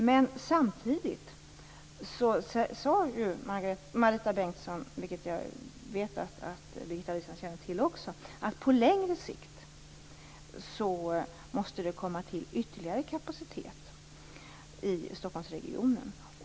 Men samtidigt sade Marita Bengtsson, vilket också Birgitta Wistrand känner till, att det på längre sikt måste komma till ytterligare kapacitet i Stockholmsregionen.